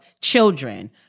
children